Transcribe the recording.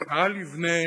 אל יבנה